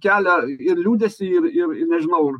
kelia ir liūdesį ir ir ir nežinau